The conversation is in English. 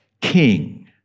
king